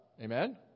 Amen